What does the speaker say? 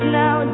now